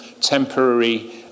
temporary